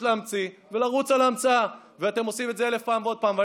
והמספרים הולכים